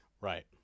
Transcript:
Right